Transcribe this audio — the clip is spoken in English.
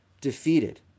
defeated